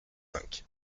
cinq